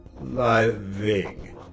living